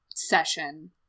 Session